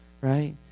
right